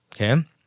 okay